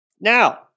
Now